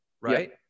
right